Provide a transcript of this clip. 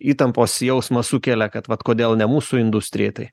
įtampos jausmą sukelia kad vat kodėl ne mūsų industrijai tai